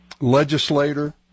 legislator